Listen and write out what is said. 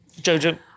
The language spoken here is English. Jojo